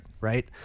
Right